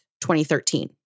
2013